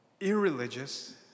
irreligious